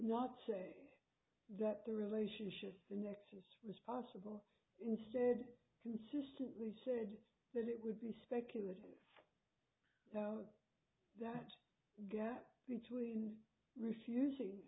not say that the relationship the nexus was possible instead consistently said that it would be speculative that gap between refusing